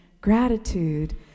gratitude